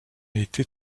été